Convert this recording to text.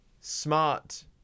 smart